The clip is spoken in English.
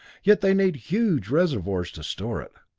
yet they need huge reservoirs to store it.